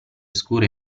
scura